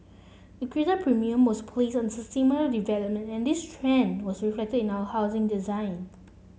a greater premium was placed on development and this trend was reflected in our housing design